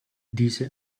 diese